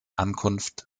ankunft